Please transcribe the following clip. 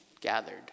gathered